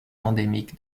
endémique